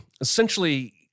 essentially